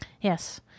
Yes